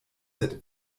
sed